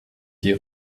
die